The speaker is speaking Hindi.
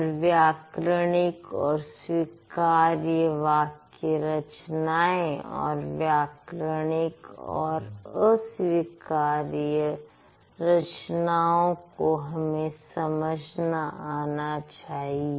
और व्याकरणिक और स्वीकार्य वाक्य रचनाएं और व्याकरणिक और अस्वीकार्य रचनाओं को हमें समझाना आना चाहिए